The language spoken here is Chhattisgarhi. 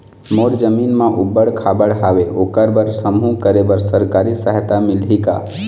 मोर जमीन म ऊबड़ खाबड़ हावे ओकर बर समूह करे बर सरकारी सहायता मिलही का?